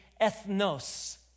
ethnos